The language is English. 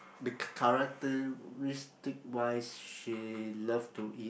bec~ characteristic wise she love to eat